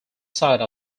side